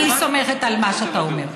אני סומכת על מה שאתה אומר.